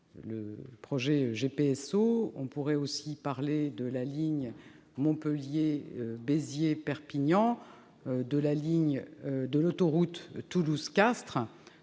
le projet GPSO, mais on pourrait aussi parler de la ligne Montpellier-Béziers-Perpignan et de l'autoroute Toulouse-Castres.